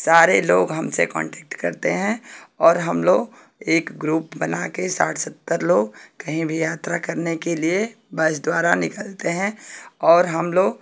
सारे लोग हमसे कांटेक्ट करते हैं और हम लोग एक ग्रुप बना कर साठ सत्तर लोग कहीं भी यात्रा करने के लिए बस द्वारा निकलते हैं और हम लोग